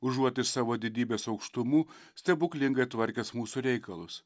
užuot iš savo didybės aukštumų stebuklingai tvarkęs mūsų reikalus